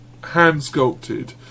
hand-sculpted